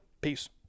Peace